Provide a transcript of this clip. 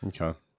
Okay